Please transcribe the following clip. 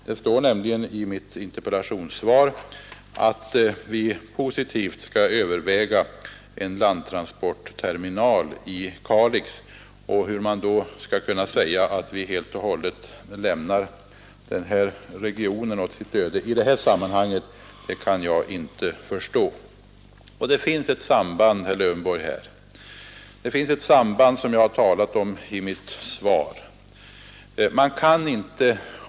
Det står nämligen i mitt interpellationssvar att vi positivt skall överväga en landtransportterminal i Kalix. Hur man då skall kunna säga att vi helt och hållet lämnar den här regionen åt sitt öde i detta sammanhang, det kan jag inte förstå. Det finns, herr Lövenborg, här ett samband som jag har talat om i mitt svar.